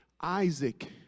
Isaac